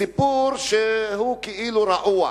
בסיפור שהוא כאילו רעוע.